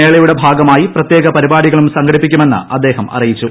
മേളയുടെ ഭാഗമായി പ്രത്യേക പരിപാടികളും സംഘടിപ്പിക്കുമെന്ന് അദ്ദേഹം അറിയിച്ചു